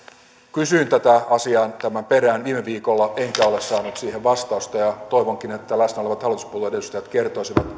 kysyin tämän asian perään viime viikolla enkä ole saanut siihen vastausta ja ja toivonkin että läsnä olevat hallituspuolueiden edustajat kertoisivat